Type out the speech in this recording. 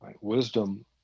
wisdom